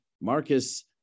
Marcus